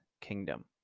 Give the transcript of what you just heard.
kingdom